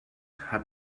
hat